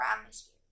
atmosphere